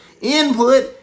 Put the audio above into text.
input